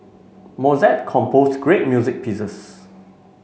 Mozart composed great music pieces